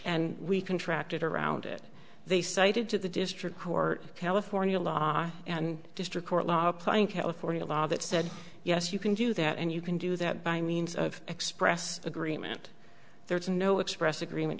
and we contract it around it they cited to the district court california law and district court law applying california law that said yes you can do that and you can do that by means of express agreement there is no express agreement